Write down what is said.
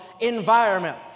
environment